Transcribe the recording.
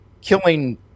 killing